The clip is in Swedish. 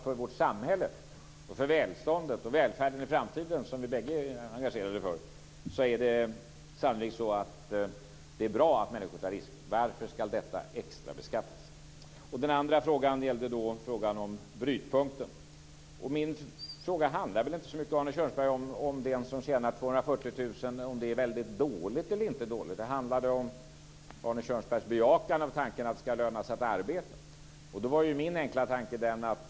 För vårt samhälle, för välståndet och för välfärden i framtiden - som vi bägge engagerar oss för - är det sannolikt bra att människor tar risker. Den andra frågan gällde brytpunkten. Min fråga handlar inte så mycket om det är dåligt eller inte dåligt att tjäna 240 000 kr, utan den handlade om Arne Kjörnsbergs bejakande av tanken att det ska löna sig att arbeta.